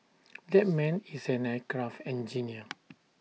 that man is an aircraft engineer